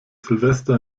silvester